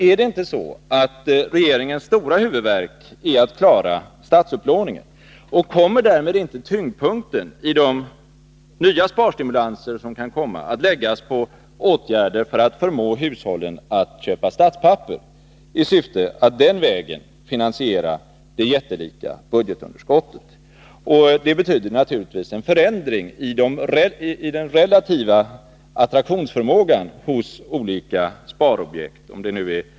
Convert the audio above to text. Är det inte så att regeringens stora huvudvärk är att klara statsupplåningen? Och kommer därmed inte tyngdpunkten i de nya sparstimulanser som kan bli verklighet att läggas på åtgärder för att förmå hushållen att köpa statspapper i syfte att den vägen finansiera det jättelika budgetunderskottet? Det betyder naturligtvis en förändring i den relativa attraktionsförmågan hos olika sparobjekt.